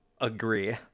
agree